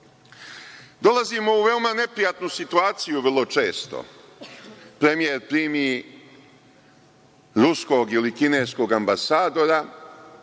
upotrebu. Dolazimo u veoma neprijatnu situaciju vrlo često. Premijer primi ruskog ili kineskog ambasadora,